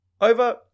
over